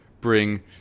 bring